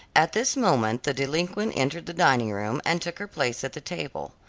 at this moment the delinquent entered the dining-room, and took her place at the table.